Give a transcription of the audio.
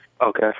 Okay